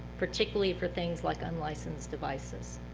particularly for things like unlicensed devices